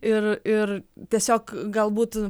ir ir tiesiog galbūt